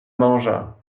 mangea